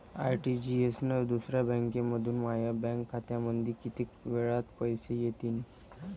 RTGS न दुसऱ्या बँकेमंधून माया बँक खात्यामंधी कितीक वेळातं पैसे येतीनं?